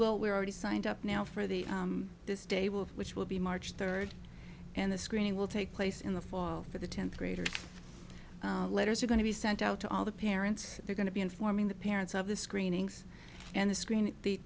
will we're already signed up now for the this day wolf which will be march third and the screening will take place in the fall for the tenth graders letters are going to be sent out to all the parents are going to be informing the parents of the screenings and the screening the